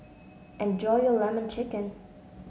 enjoy your lemon chicken